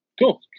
Cool